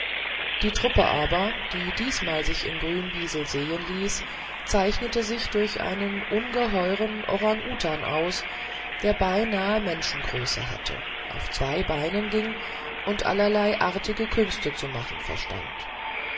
die truppe aber die diesmal sich in grünwiesel sehen ließ zeichnete sich durch einen ungeheuren orang utan aus der beinahe menschengröße hatte auf zwei beinen ging und allerlei artige künste zu machen verstand